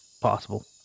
possible